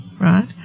right